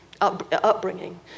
upbringing